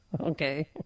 Okay